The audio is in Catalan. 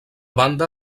banda